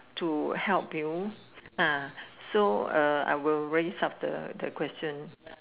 to help you uh so uh I will raise up the question to help you